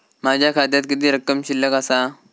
माझ्या खात्यात किती रक्कम शिल्लक आसा?